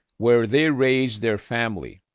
where they raised their family.